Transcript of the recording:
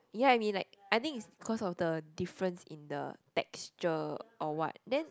ya I mean like I think is because of the difference in the texture or what then